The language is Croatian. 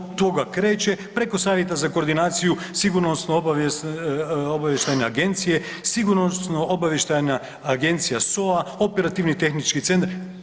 Od toga kreće preko Savjeta za koordinaciju Sigurnosno-obavještajne agencije, Sigurnosno-obavještajna agencija SOA, operativni tehnički centar.